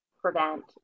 prevent